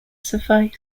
suffice